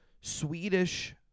Swedish